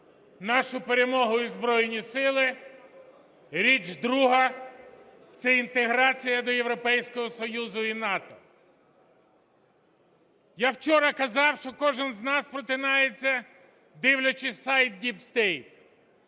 нашу перемогу і Збройні Сили, річ друга – це інтеграція до Європейського Союзу і НАТО. Я вчора казав, що кожен із нас просинається, дивлячись сайт DeepState.